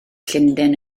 llundain